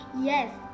Yes